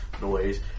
noise